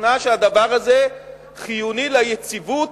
משוכנע כי הדבר הזה חיוני ליציבות,